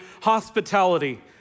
hospitality